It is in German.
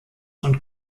und